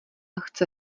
chce